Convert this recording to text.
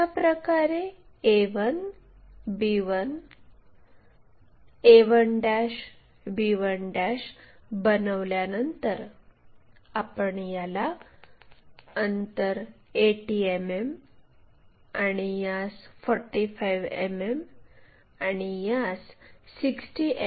अशाप्रकरे a1 b1 a1 b1 बनवल्यानंतर आपण याला अंतर 80 मिमी आणि यास 45 मिमी आणि यास 60 मि